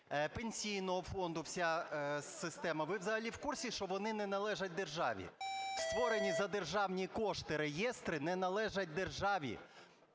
Пенсійного фонду вся система, ви взагалі в курсі, що вони не належать державі? Створені за державні кошти реєстри не належать державі.